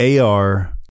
AR